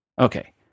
Okay